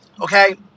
Okay